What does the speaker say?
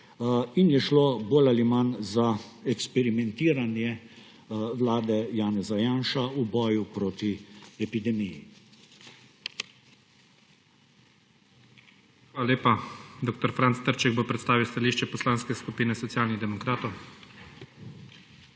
in je šlo bolj ali manj za eksperimentiranje vlade Janeza Janše v boju proti epidemiji. **PREDSEDNIK IGOR ZORČIČ:** Hvala lepa. Dr. Franc Trček bo predstavil stališče Poslanke skupine Socialnih demokratov.